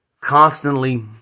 constantly